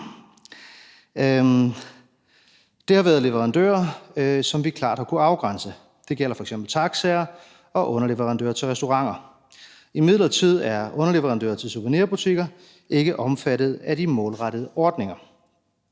Det har været leverandører, som vi klart har kunnet afgrænse. Det gælder f.eks. taxaer og underleverandører til restauranter. Imidlertid er underleverandører til souvenirbutikker ikke omfattet af de målrettede ordninger.